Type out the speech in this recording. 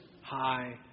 High